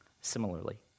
similarly